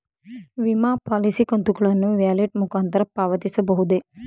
ವಿಮಾ ಪಾಲಿಸಿ ಕಂತುಗಳನ್ನು ವ್ಯಾಲೆಟ್ ಮುಖಾಂತರ ಪಾವತಿಸಬಹುದೇ?